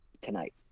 tonight